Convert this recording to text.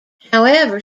however